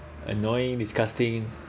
annoying disgusting